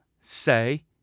say